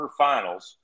quarterfinals